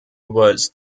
was